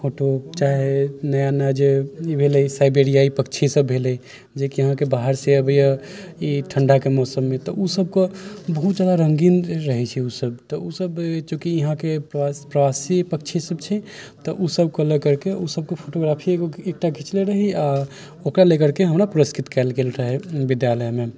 photo चाहे नया नया जे ई भेलै साइबेरियाइ पक्षी सभ भेलै जेकि अहाँके बाहरसँ अबैया ई ठण्डाके मौसममे तऽ ओसभके बहुत जादा रंगीन रहै छै ओसभ तऽ ओसभ चूँकि यहाँके प्रवासी पक्षी सभ छै तऽ ओसभके लऽ कऽ फोटोग्राफी एगो खिंचने रही आ ओकरा ले करके हमरा पुरस्कृत कयल गेल रहै विद्यालयमे